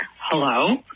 hello